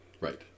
Right